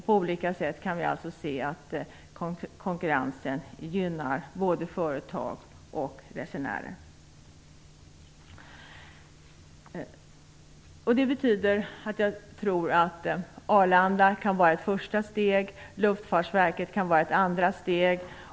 På olika sätt kan vi se att konkurrensen gynnar såväl företag som resenärer. Det betyder att Arlanda kan här vara ett första steg och Luftfartsverket ett andra steg.